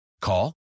Call